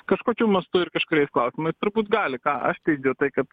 kažkokiu mastu ir kažkuriais klausimais turbūt gali ką aš teigiu tai kad